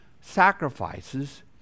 sacrifices